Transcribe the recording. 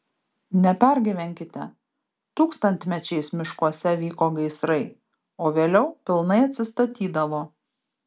nepergyvenkite tūkstantmečiais miškuose vyko gaisrai o vėliau pilnai atsistatydavo